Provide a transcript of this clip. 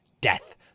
death